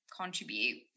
contribute